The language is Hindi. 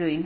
है